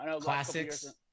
Classics